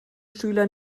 schüler